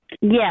Yes